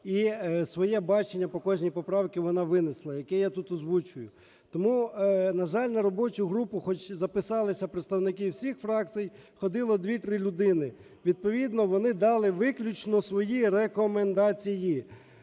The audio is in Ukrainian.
і своє бачення по кожній поправці вона винесла, які я тут озвучую. Тому, на жаль, на робочу групу хоч записалися представники всіх фракцій, ходило дві-три людини. Відповідно вони дали виключно свої рекомендації.